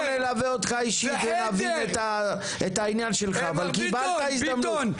רפי אנחנו נלווה אותך אישי ונבין את העניין שלך אבל קיבלת הזדמנות,